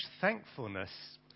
thankfulness